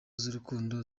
z’urukundo